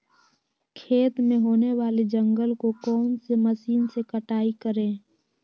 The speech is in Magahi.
खेत में होने वाले जंगल को कौन से मशीन से कटाई करें?